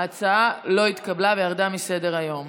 ההצעה לא התקבלה וירדה מסדר-היום.